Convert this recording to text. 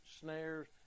snares